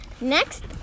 Next